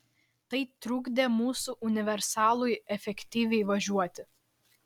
tai trukdė mūsų universalui efektyviai važiuoti